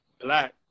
black